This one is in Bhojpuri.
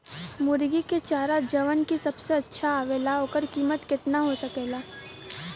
मुर्गी के चारा जवन की सबसे अच्छा आवेला ओकर कीमत केतना हो सकेला?